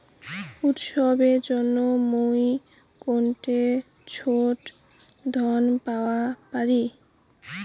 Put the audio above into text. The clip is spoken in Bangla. উৎসবের জন্য মুই কোনঠে ছোট ঋণ পাওয়া পারি?